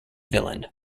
villain